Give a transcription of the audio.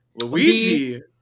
Luigi